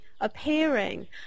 appearing